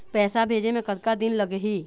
पैसा भेजे मे कतका दिन लगही?